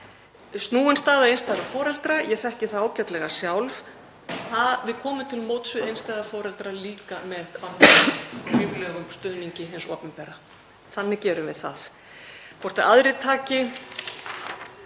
Snúin staða einstæðra foreldra — ég þekki það ágætlega sjálf. Við komum til móts við einstæða foreldra líka með ríflegum stuðningi hins opinbera, þannig gerum við það. Hvort aðrir taki